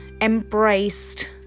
embraced